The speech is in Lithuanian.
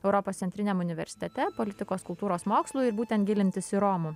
europos centriniam universitete politikos kultūros mokslų ir būtent gilintis į romų